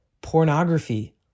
pornography